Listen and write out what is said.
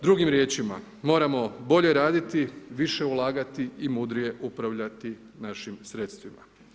Drugim riječima, moramo bolje raditi, više ulagati i mudrije upravljati našim sredstvima.